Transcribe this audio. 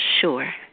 Sure